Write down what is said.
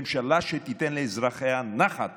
ממשלה שתיתן לאזרחיה נחת